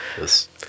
Yes